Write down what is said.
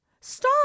stop